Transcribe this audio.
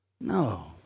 No